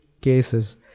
cases